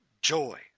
joy